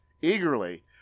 eagerly